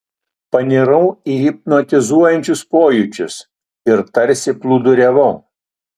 panirau į hipnotizuojančius pojūčius ir tarsi plūduriavau